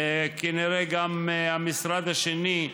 וכנראה גם המשרד השני,